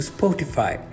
Spotify